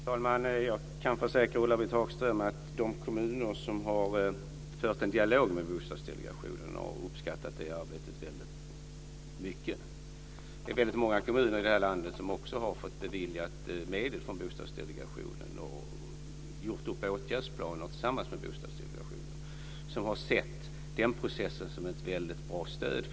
Fru talman! Jag kan försäkra Ulla-Britt Hagström att de kommuner som har fört en dialog med Bostadsdelegationen har uppskattat det väldigt mycket. Det är också många kommuner i det här landet som har fått medel beviljade från Bostadsdelegationen och som har gjort upp en åtgärdsplan tillsammans med den. De har sett den processen som ett väldigt bra stöd.